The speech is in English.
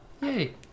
Yay